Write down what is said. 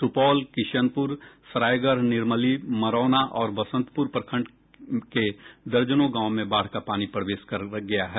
सुपौल किशनपुर सरायगढ़ निर्मली मरौना और बसंतपुर प्रखंड के दर्जनों गांव में बाढ़ का पानी प्रवेश कर गया है